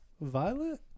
Violet